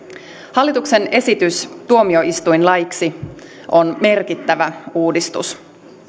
hallituksen esitys tuomioistuinlaiksi on merkittävä uudistus